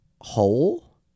whole